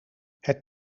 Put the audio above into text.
het